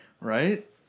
Right